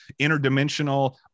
interdimensional